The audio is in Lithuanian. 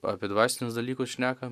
apie dvasinius dalykus šnekam